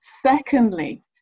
secondly